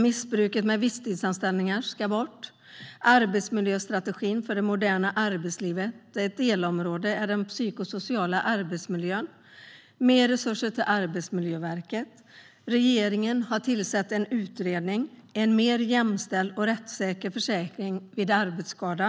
Missbruket med visstidsanställningar ska bort. Nu kommer arbetsmiljöstrategin för det moderna arbetslivet, där ett delområde är den psykosociala arbetsmiljön. Det blir mer resurser till Arbetsmiljöverket. Regeringen har tillsatt en utredning om en mer jämställd och rättssäker försäkring vid arbetsskada.